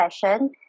session